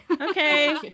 okay